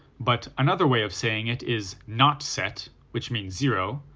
but another way of saying it is not set, which means zero,